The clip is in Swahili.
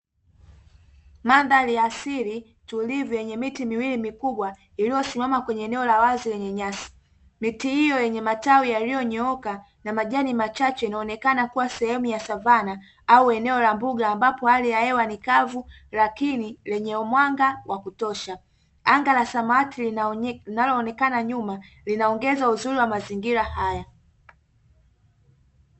Madhari ya asili tulivu yenye miti miwili mikubwa, iliyosimama kwenye eneo la wazi yenye nyasi. Miti hiyo yenye matawi yaliyonyooka na majani machache, inaonekana kuwa sehemu ya savana au eneo la mbuga, ambapo hali ya hewa ni kavu lakini lenye mwanga wa kutosha, anga la samawati linaloonekana nyuma, linaongeza uzuri wa mazingira haya.